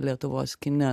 lietuvos kine